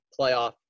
playoff